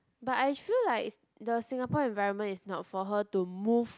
but I sure like the Singapore environment is not for her to move